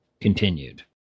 continued